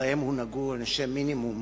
שבהן הונהגו עונשי מינימום,